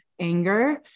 anger